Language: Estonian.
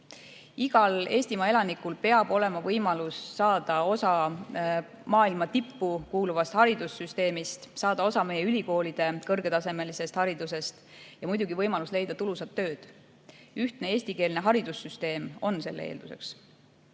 Igal Eestimaa elanikul peab olema võimalus saada osa maailma tippu kuuluvast haridussüsteemist, saada osa meie ülikoolide kõrgetasemelisest haridusest ja muidugi peab olema võimalus leida tulusat tööd. Ühtne eestikeelne haridussüsteem on selle eelduseks.